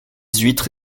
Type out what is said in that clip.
huîtres